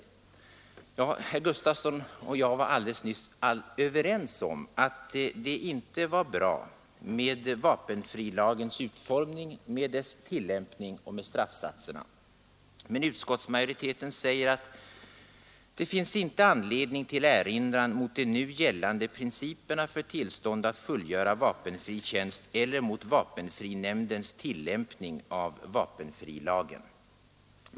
Ja, herr Gustavsson och jag var alldeles nyss överens om att det inte var bra med vapenfrilagens utformning, med dess tillämpning och med straffsatserna. Men utskottsmajoriteten säger att det inte finns anledning till erinran mot de nu gällande principerna för tillstånd att fullgöra vapenfri tjänst eller mot vapenfrinämndens tillämpning av vapenfrilagen. Ändå vill man ha en översyn av lagen.